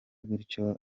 gutyo